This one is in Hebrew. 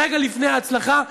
ורגע לפני ההצלחה,